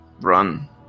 Run